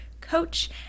Coach